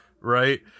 right